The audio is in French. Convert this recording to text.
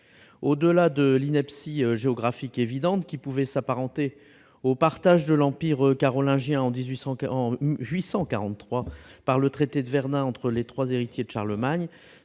Au-delà de l'ineptie géographique évidente, qui pouvait s'apparenter au partage de l'empire carolingien en 843 par le traité de Verdun entre les trois héritiers de Charlemagne,